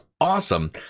awesome